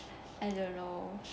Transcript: I don't know